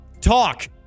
talk